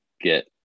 get